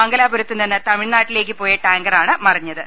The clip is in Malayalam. മംഗലാപുരത്തുനിന്ന് തമിഴ്നാട്ടിലേക്ക് പോയ ടാങ്കറാണ് മറിഞ്ഞത്